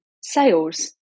sales